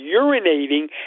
urinating